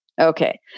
Okay